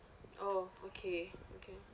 oh okay okay